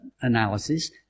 analysis